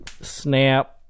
Snap